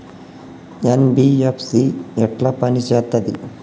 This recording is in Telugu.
ఎన్.బి.ఎఫ్.సి ఎట్ల పని చేత్తది?